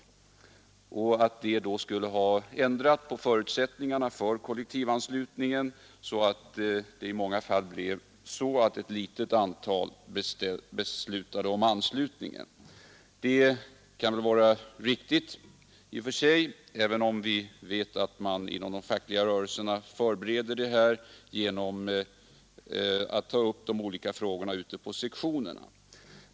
Det har sagts att detta skulle ha ändrat förutsättningarna för kollektivanslutningen, därför att det i många fall blev så att ett litet antal beslutade om anslutningen. Det kan i och för sig vara riktigt, även om vi vet att man inom de fackliga rörelserna förbereder besluten genom att ta upp de olika frågorna ute på sektionerna.